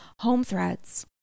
HomeThreads